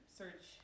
search